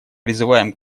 призываем